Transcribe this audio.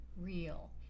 real